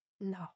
no